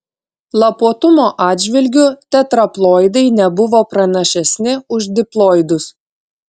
lapuotumo atžvilgiu tetraploidai nebuvo pranašesni už diploidus